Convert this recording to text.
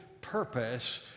purpose